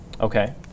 Okay